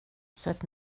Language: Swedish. sätt